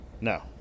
No